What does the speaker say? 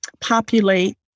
populate